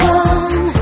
one